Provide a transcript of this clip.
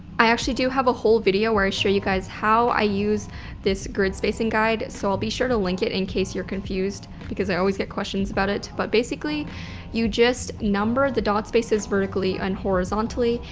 i actually do have a whole video where i show you guys how i use this grid spacing guide so i'll be sure to link it in case you're confused because i always get questions about it. but basically you just number the dot spaces vertically and horizontally,